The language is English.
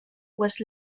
was